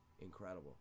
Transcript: incredible